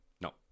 no